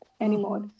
anymore